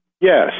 Yes